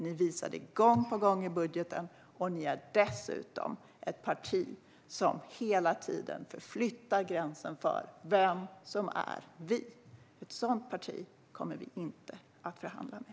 Ni visar detta gång på gång i budgeten. Ni är dessutom ett parti som hela tiden förflyttar gränsen för vem som är "vi". Ett sådant parti kommer vi inte att förhandla med.